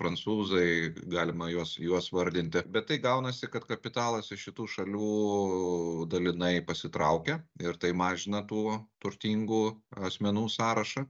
prancūzai galima juos juos vardinti bet tai gaunasi kad kapitalas iš kitų šalių dalinai pasitraukia ir tai mažina tų turtingų asmenų sąrašą